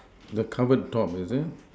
the cupboard top is it